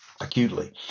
acutely